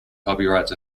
copyrights